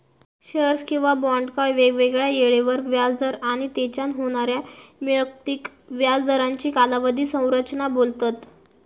shares किंवा बॉन्डका वेगवेगळ्या येळेवर व्याज दर आणि तेच्यान होणाऱ्या मिळकतीक व्याज दरांची कालावधी संरचना बोलतत